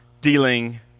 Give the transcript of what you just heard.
dealing